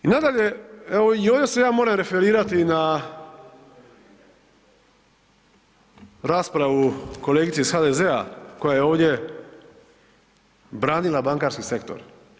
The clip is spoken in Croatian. I nadalje, evo i ovdje se ja moram referirati na raspravu kolegice iz HDZ-a koja je ovdje branila bankarski sektor.